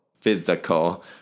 physical